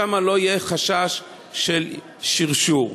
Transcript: שם לא יהיה חשש של שרשור.